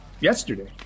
yesterday